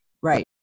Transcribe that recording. Right